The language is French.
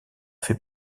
fait